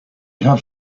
have